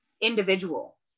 individual